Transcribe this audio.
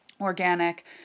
organic